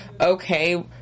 okay